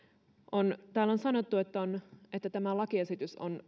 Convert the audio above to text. täällä on sanottu että tämä lakiesitys on